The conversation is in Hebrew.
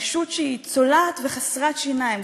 רשות שהיא צולעת וחסרת שיניים.